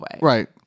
Right